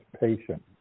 patient